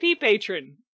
patron